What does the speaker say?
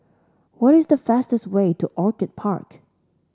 what is the fastest way to Orchid Park